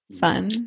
Fun